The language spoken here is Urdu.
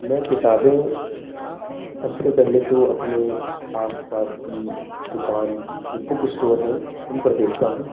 میں کتابیں سب سے پہلے تو اپنے آس پاس کی دکان جو بک اسٹور ہیں ان پر دیکھتا ہوں